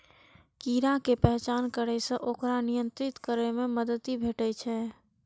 कीड़ा के पहचान करै सं ओकरा नियंत्रित करै मे मदति भेटै छै